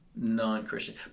non-Christian